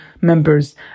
members